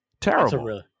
Terrible